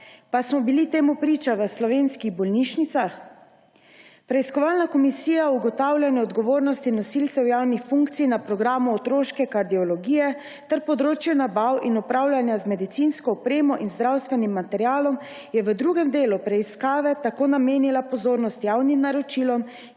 Pa smo bili temu priča v slovenskih bolnišnicah? Preiskovalna komisija za ugotavljanje odgovornosti nosilcev javnih funkcij na programu otroške kardiologije ter področju nabav in upravljanja z medicinsko opremo in zdravstvenim materialom je v drugem delu preiskave tako namenila pozornost javnim naročilom,